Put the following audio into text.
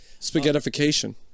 spaghettification